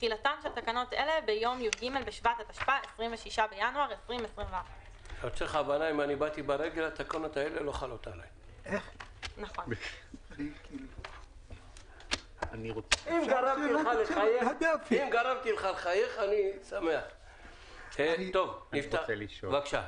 תחילתן של תקנות אלה ביום י"ג בשבט התשפ"א (26 בינואר 2021). בבקשה.